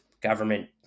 government